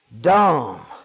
dumb